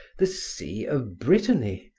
the sea of brittany,